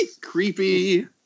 creepy